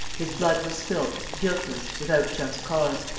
his blood was spilt, guiltless, without just cause.